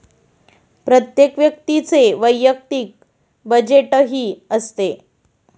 प्रत्येक व्यक्तीचे वैयक्तिक बजेटही असते